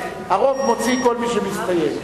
שהרוב מוציא כל מי שמסתייג.